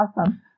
awesome